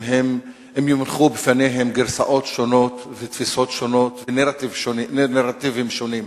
אם יונחו בפניהם גרסאות שונות ותפיסות שונות ונרטיבים שונים.